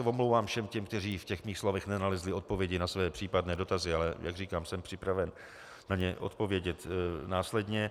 Omlouvám se všem těm, kteří v mých slovech nenalezli odpovědi na své případné dotazy, ale jak říkám, jsem připraven na ně odpovědět následně.